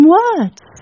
words